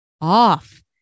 off